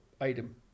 item